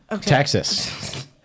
texas